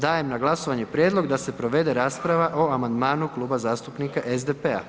Dajem na glasovanje prijedlog da se provede rasprava o amandmanu Kluba zastupnika SDP-a.